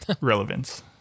relevance